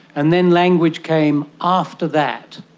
and then language came after that.